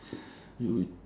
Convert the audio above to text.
you